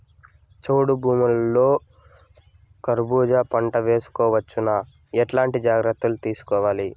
చౌడు భూముల్లో కర్బూజ పంట వేయవచ్చు నా? ఎట్లాంటి జాగ్రత్తలు తీసుకోవాలి?